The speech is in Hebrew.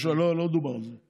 זה משהו אחר, לא דובר על זה.